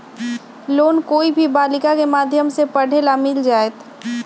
Loan कोई भी बालिका के माध्यम से पढे ला मिल जायत?